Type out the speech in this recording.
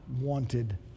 wanted